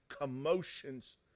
commotions